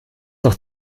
doch